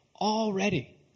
already